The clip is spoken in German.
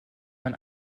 man